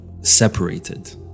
separated